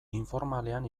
informalean